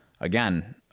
Again